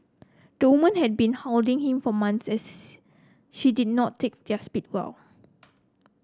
the woman had been hounding him for months as she did not take their split well